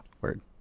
Word